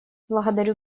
благодарю